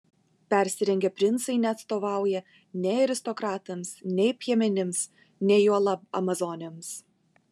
persirengę princai neatstovauja nei aristokratams nei piemenims nei juolab amazonėms